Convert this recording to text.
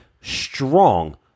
strong